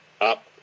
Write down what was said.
Up